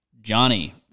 Johnny